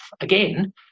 again